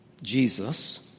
Jesus